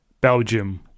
Belgium